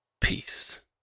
Peace